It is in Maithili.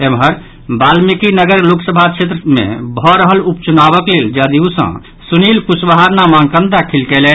एम्हर वाल्मीकिनगर लोकसभा क्षेत्र मे भऽ रहल उपचुनावक लेल जदयू सँ सुनील कुशवाहा नामांकन दाखिल कयलनि